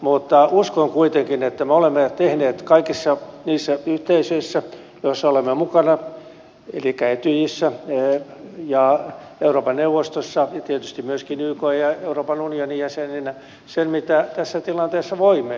mutta uskon kuitenkin että me olemme tehneet kaikissa niissä yhteisöissä joissa olemme mukana etyjissä ja euroopan neuvostossa tietysti myöskin ykn ja euroopan unionin jäsenenä sen mitä tässä tilanteessa voimme